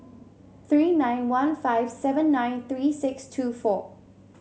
three nine one five seven nine three six two four